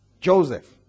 Joseph